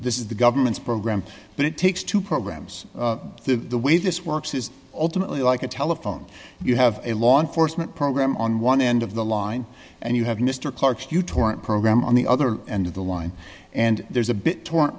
this is the government's program but it takes two programs the the way this works is ultimately like a telephone you have a law enforcement program on one end of the line and you have mr clarke's you torrent program on the other end of the line and there's a bit tor